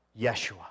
Yeshua